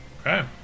Okay